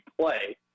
play